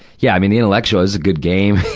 yeah, i mean, the intellectual is a good game.